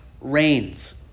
rains